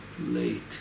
late